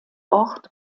ort